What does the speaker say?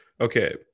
Okay